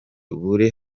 buri